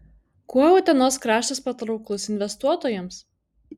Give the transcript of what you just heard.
kuo utenos kraštas patrauklus investuotojams